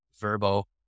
Verbo